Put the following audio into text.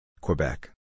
Quebec